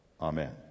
Amen